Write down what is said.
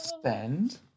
spend